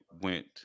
went